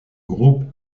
groupe